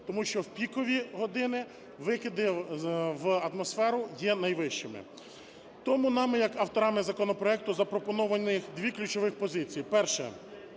тому що в пікові години викиди в атмосферу є найвищими. Тому нами як авторами законопроекту запропоновані дві ключові позиції. Перша